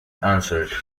answered